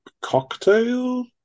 cocktail